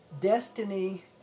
Destiny